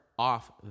Off